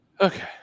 Okay